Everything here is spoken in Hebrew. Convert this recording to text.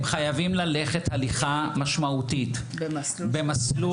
הם חייבים ללכת הליכה משמעותית במסלול.